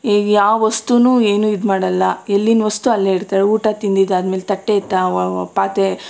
ಯಾವ ವಸ್ತೂನೂ ಏನು ಇದು ಮಾಡಲ್ಲ ಎಲ್ಲಿನ ವಸ್ತು ಅಲ್ಲೇ ಇಡ್ತಾಳೆ ಊಟ ತಿಂದಿದ್ದಾದ್ಮೇಲೆ ತಟ್ಟೆ ಎತ್ತಿ ಪಾತ್ರೆ